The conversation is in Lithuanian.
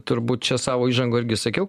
turbūt čia savo įžangoj irgi sakiau